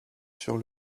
sur